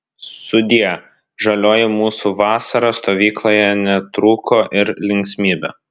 sudie žalioji mūsų vasara stovykloje netrūko ir linksmybių